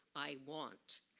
i want.